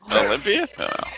Olympia